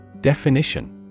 Definition